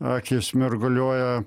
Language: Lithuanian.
akys mirguliuoja